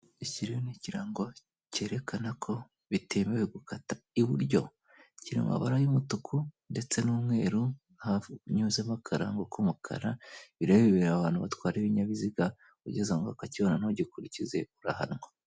Iki rero ni ikirango cyerekana ko bitemewe gukata iburyo kiri mumabara y'umutuku ndetse n'umweru hanyuzemo akarango k'umukara bireba abantu batwara ibinyabiziga ugeze ngo bakakibona ntugikurikize urahanwa.